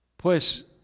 Pues